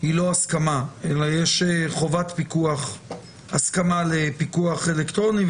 היא לא הסכמה אלא יש חובת הסכמה לפיקוח אלקטרוני,